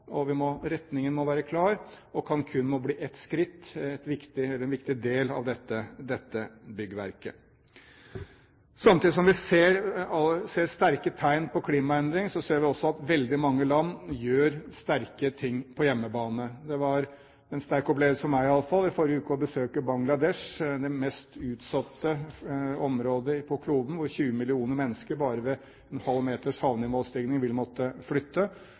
Retningen må være klar, og Cancún må bli en viktig del av dette byggverket. Samtidig som vi ser sterke tegn på klimaendringer, ser vi også at veldig mange land gjør sterke ting på hjemmebane. Det var i alle fall en sterk opplevelse for meg i forrige uke å besøke Bangladesh – det mest utsatte området på kloden – hvor 20 millioner mennesker bare ved en halv meters havnivåstigning vil måtte flytte.